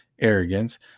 arrogance